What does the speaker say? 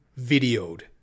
videoed